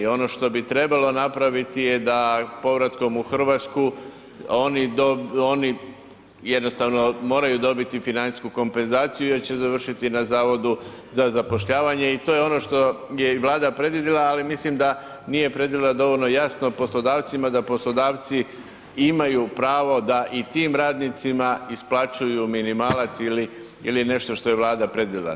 Oni što bi trebalo napraviti da povratkom u Hrvatsku oni jednostavno moraju dobiti financijsku kompenzaciju jer će završiti na Zavodu za zapošljavanje i to je ono što je Vlada i predvidjela, ali mislim da nije predvidjela dovoljno jasno poslodavcima da poslodavci imaju pravo da i tim radnicima isplaćuju minimalac ili nešto što je Vlada predvidjela.